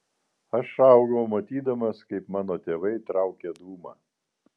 aš augau matydamas kaip mano tėvai traukia dūmą